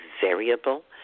variable